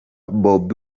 bobi